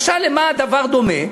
משל למה הדבר דומה?